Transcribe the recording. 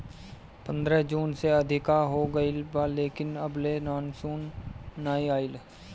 पंद्रह जून से अधिका हो गईल बा लेकिन अबले मानसून नाइ आइल